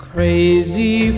Crazy